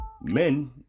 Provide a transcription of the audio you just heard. men